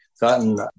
gotten